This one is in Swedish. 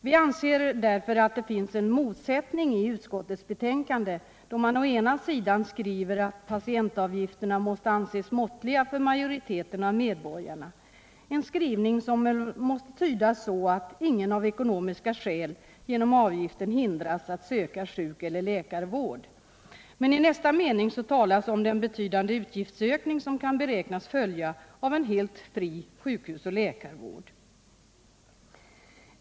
Vi anser därför att det finns en motsättning i utskottets betänkande då man å ena sidan skriver att patientavgifterna måste anses måttliga för majoriteten av medborgarna — en skrivning som väl måste tydas så att ingen av ekonomiska skäl genom avgiften hindras att söka sjuk eller läkarvård — å andra sidan talar om den betydande avgiftsökning som kan beräknas följa av en helt fri sjukhus och läkarvård.